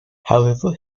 however